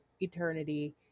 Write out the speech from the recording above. eternity